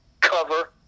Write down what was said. cover